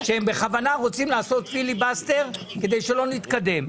שהם בכוונה רוצים לעשות פיליבסטר כדי שלא נתקדם.